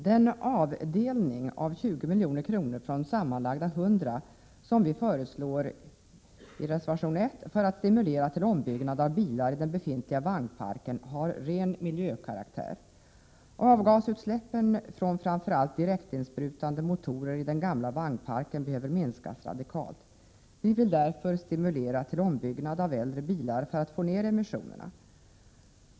Den anvisning om 20 milj.kr. från sammanlagt 100 milj.kr. som vi föreslår i reservation 1 för att stimulera till ombyggnad av bilar i den befintliga vagnparken har ren miljökaraktär. Avgasutsläppen från framför allt direktinsprutande motorer i den gamla vagnparken behöver minskas radikalt. Vi vill därför stimulera till ombyggnad av äldre bilar för att få ned emissionerna.